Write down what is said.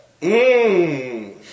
Mmm